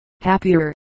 happier